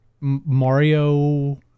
Mario